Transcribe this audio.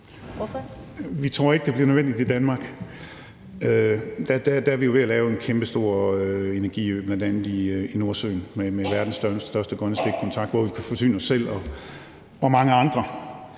Vi tror ikke, det bliver nødvendigt i Danmark. Der er vi jo ved at lave en kæmpestor energiø, bl.a. i Nordsøen, verdens største grønne stikkontakt, hvor vi kan forsyne os selv og mange andre.